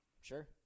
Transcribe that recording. Sure